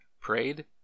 prayed